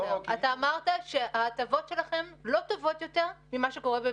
אתה אמרת שההטבות שלכם לא טובות יותר ממה שקורה בשירות המדינה.